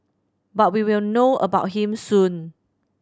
but we will know about him soon